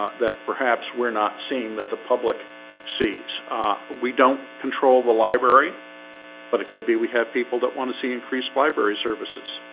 that perhaps we're not seeing that the public sees we don't control the library but it could be we have people that want to see increased library services.